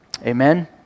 Amen